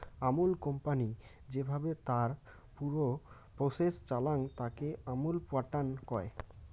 Amul company যেভাবে তার পুর প্রসেস চালাং, তাকে আমুল প্যাটার্ন কয়